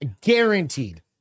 guaranteed